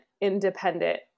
independent